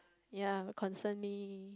ya will concern me